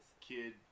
kid